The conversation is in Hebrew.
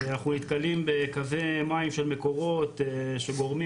אנחנו נתקלים בקווי מים של מקורות שגורמים